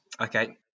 Okay